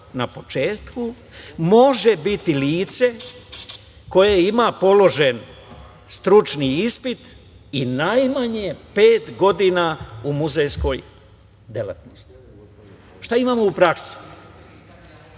na početku, "može biti lice koje ima položen stručni ispit i najmanje pet godina u muzejskoj delatnosti".Šta imamo u praksi?